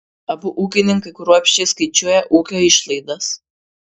abu ūkininkai kruopščiai skaičiuoja ūkio išlaidas